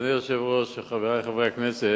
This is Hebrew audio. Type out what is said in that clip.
אדוני היושב-ראש, חברי חברי הכנסת,